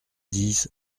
dix